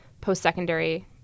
post-secondary